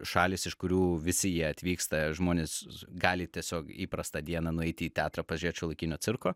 šalys iš kurių visi jie atvyksta žmonės gali tiesiog įprastą dieną nueiti į teatrą pažiūrėt šiuolaikinio cirko